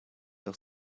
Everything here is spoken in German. auch